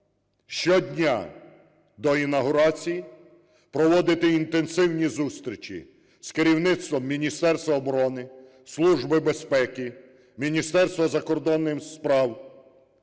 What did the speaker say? щодня до інавгурації проводити інтенсивні зустрічі з керівництвом Міністерства оброни, Служби безпеки, Міністерства закордонних справ,